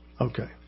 Okay